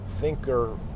thinker